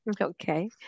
Okay